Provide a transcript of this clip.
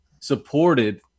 supported